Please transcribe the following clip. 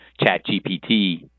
ChatGPT